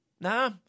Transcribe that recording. Nah